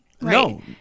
no